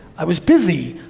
i was busy,